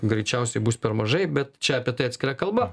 greičiausiai bus per mažai bet čia apie tai atskira kalba